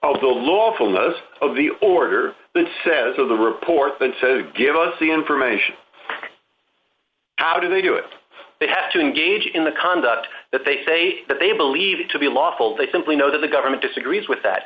of the lawfulness of the order that says of the report then to give us the information how do they do it they have to engage in the conduct that they say that they believe to be lawful they simply know that the government disagrees with that